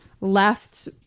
left